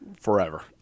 forever